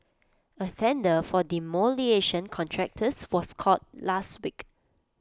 A tender for demolition contractors was called last week